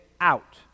out